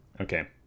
Okay